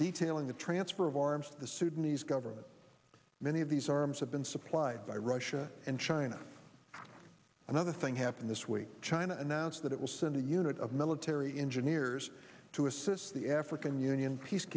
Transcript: detailing the transfer of arms the sudanese government many of these arms have been supplied by russia and china another thing happened this week china announced that it will send a unit of military engine ears to assist the african union